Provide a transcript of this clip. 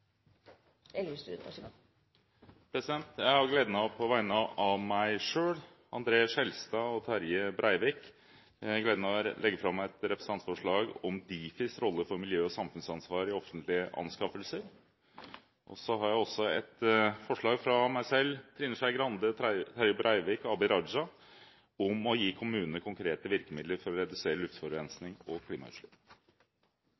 Elvestuen vil også framsette to representantforslag. Jeg har gleden av på vegne av meg selv, André N. Skjelstad og Terje Breivik å legge fram et representantforslag om DIFIs rolle for miljø- og samfunnsansvar i offentlige anskaffelser. Så har jeg også et forslag fra meg selv, Trine Skei Grande, Terje Breivik og Abid Q. Raja om å gi kommunene konkrete virkemidler for å redusere